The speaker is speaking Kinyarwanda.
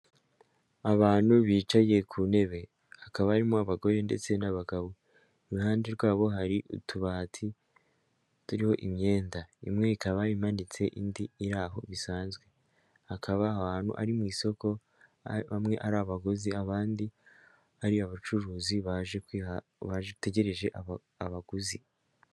Abantu bicaye ku ntebe hakaba harimo abagore ndetse n'abagabo iruhande rwabo hari utubati turiho imyenda imwe ikaba imanitse indi iraho bisanzwe hakaba ari ahantu mu isoko bamwe ari abaguzi abandi ari abacuruzi baje bategereje abaguzi.